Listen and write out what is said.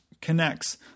connects